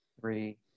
three